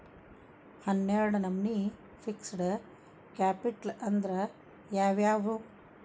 ಹನ್ನೆರ್ಡ್ ನಮ್ನಿ fixed capital ಅಂದ್ರ ಯಾವವ್ಯಾವು?